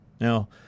Now